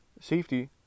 safety